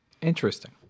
interesting